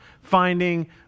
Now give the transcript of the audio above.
finding